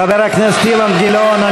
חבר הכנסת אילן גילאון,